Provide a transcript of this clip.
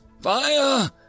Fire